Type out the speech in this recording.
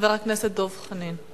חבר הכנסת דב חנין.